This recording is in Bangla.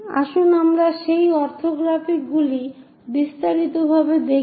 আসুন আমরা সেই অরথোগ্রাফিকগুলি বিস্তারিতভাবে দেখি